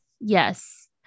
yes